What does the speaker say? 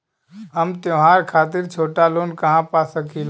हम त्योहार खातिर छोटा लोन कहा पा सकिला?